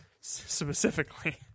specifically